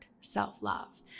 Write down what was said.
self-love